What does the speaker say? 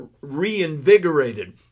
reinvigorated